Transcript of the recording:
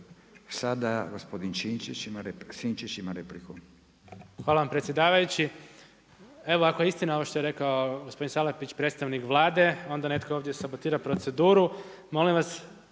Sada gospodin Sinčić ima repliku.